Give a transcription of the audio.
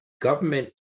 government